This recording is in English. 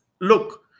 look